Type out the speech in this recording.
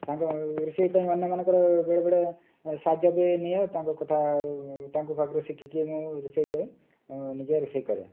ସାଙ୍ଗ ରୋଷେଇ ପାଇଁ ଅନ୍ୟମାନଙ୍କର ବେଳେବେଳେ ସାହାଯ୍ୟ ବି ନିଏ ତାଙ୍କ କଥା ତାଙ୍କୁ ପାଖରୁ ଶିଖିକି ମୁଁ ରୋଷେଇ କରି ନିଜେ ରୋଷେଇ କରେ